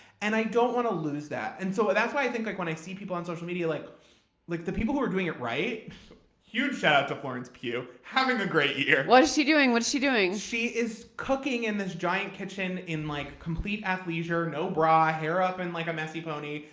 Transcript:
and i don't want to lose that. and so that's why i think like when i see people on social media, like like the people who are doing it right huge shout-out to florence pugh, having a great year. what is she doing? what is she doing? she is cooking in this giant kitchen in like a complete athleisure, no bra, hair up in like a messy pony.